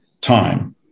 time